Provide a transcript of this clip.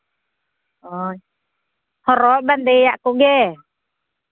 ᱚ ᱦᱚᱨᱚᱜ ᱵᱟᱸᱫᱮᱭᱟᱜ ᱠᱚᱜᱮ